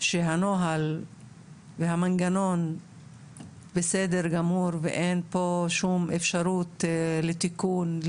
שהנוהל והמנגנון בסדר גמור ואין פה שום אפשרות לתיקון,